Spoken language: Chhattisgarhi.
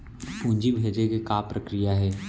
पूंजी भेजे के का प्रक्रिया हे?